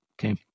okay